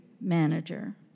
manager